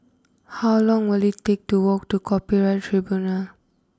how long will it take to walk to Copyright Tribunal